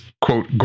quote